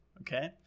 okay